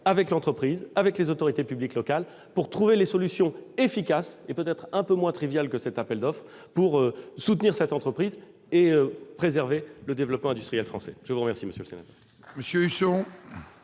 avec l'entreprise et les autorités publiques locales pour trouver des solutions efficaces, peut-être moins triviales que cet appel d'offres, pour soutenir cette entreprise et préserver le développement industriel français. La parole est à M.